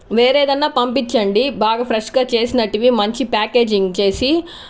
వేరే ఏదైనా పంపించండి బాగా ఫ్రెష్గా చేసినట్టువి మంచి ప్యాకేజింగ్ చేసి